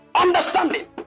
understanding